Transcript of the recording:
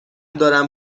دارم